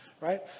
right